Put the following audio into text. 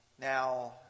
Now